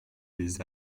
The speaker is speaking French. des